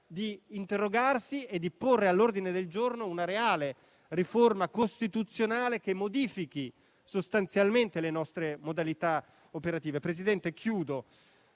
di interrogarsi e di porre all'ordine del giorno una reale riforma costituzionale, che modifichi sostanzialmente le nostre modalità operative. C'è la necessità